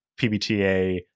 PBTA